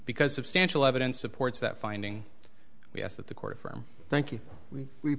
because substantial evidence supports that finding yes that the court from thank you we